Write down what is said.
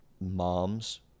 moms –